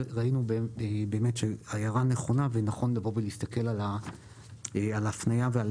והאם באמת ההערה נכונה ונכון לבוא ולהסתכל על ההפניה ועל